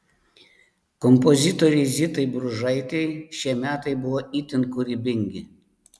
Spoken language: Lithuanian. kompozitorei zitai bružaitei šie metai buvo itin kūrybingi